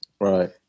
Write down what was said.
right